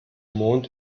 mond